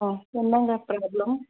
ம் என்னங்க ப்ராப்லம்